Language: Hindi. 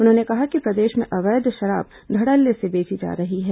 उन्होंने कहा कि प्रदेश में अवैध शराब धड़ल्ले से बेची जा रही है